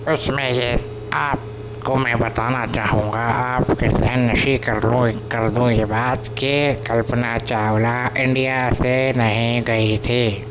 اس میں یہ آپ کو میں بتانا چاہوں گا آپ کے ذہن نشین کر لو کر دوں یہ بات کہ کلپنا چاولہ انڈیا سے نہیں گئی تھی